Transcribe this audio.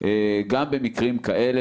גם במקרים כאלה,